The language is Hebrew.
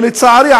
ולצערי,